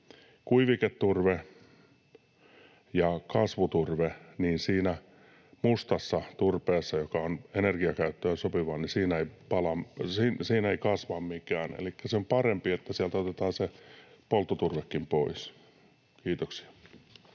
kuiviketurve ja kasvuturve, niin siinä mustassa turpeessa, joka on energiakäyttöön sopivaa, ei kasva mikään. Elikkä se on parempi, että sieltä otetaan se polttoturvekin pois. — Kiitoksia.